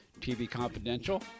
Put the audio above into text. tvconfidential